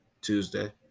Tuesday